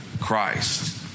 Christ